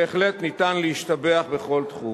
בהחלט אפשר להשתבח בכל תחום,